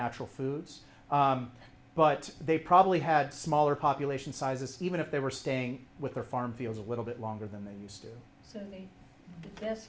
natural foods but they probably had smaller population sizes even if they were staying with their farm fields a little bit longer than they used to so this